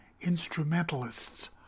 instrumentalists